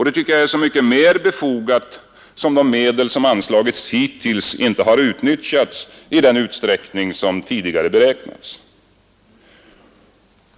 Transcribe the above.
Detta är så mycket mer befogat som de medel som anslagits hittills inte har utnyttjats i den utsträckning som tidigare beräknats.